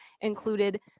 included